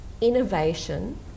innovation